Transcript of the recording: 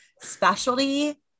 specialty